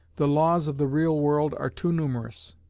the laws of the real world are too numerous,